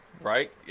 right